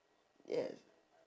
yes